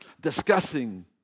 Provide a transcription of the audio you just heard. discussing